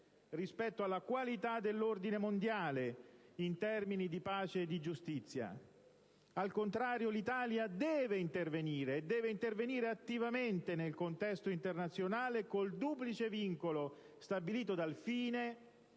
rispetto alla qualità dell'ordine mondiale in termini di pace e di giustizia. Al contrario, l'Italia deve intervenire, e deve farlo attivamente, nel contesto internazionale, con il duplice vincolo stabilito dal fine,